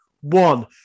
one